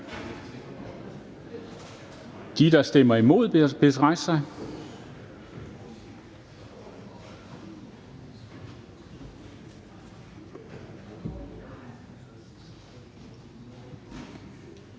De, der stemmer imod, bedes rejse sig.